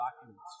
documents